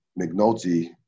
McNulty